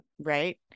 right